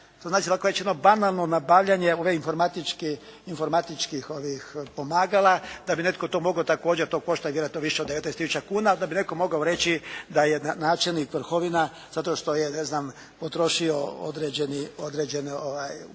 To znači ovako rečeno banalno nabavljanje ovih informatičkih pomagala da bi netko to mogao također to košta i vjerojatno više od 19000 kuna da bi netko mogao reći da je načelnik Vrhovina zato što je ne znam potrošio određeni